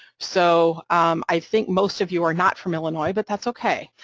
so i think most of you are not from illinois but that's ok,